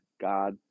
God